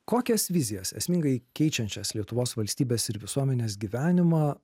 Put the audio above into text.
kokias vizijas esmingai keičiančias lietuvos valstybės ir visuomenės gyvenimą